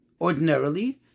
ordinarily